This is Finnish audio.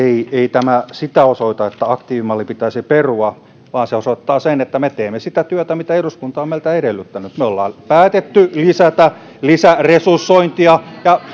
tämä sitä osoita että aktiivimalli pitäisi perua vaan se osoittaa sen että me teemme sitä työtä mitä eduskunta on meiltä edellyttänyt me olemme päättäneet lisätä lisäresursointia